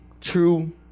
true